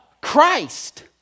Christ